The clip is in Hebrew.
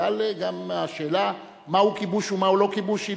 בכלל גם השאלה מהו כיבוש ומהו לא כיבוש לא